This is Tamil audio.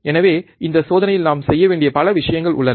எனவே இந்த சோதனையில் நாம் செய்ய வேண்டிய பல விஷயங்கள் உள்ளன